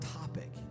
topic